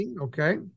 Okay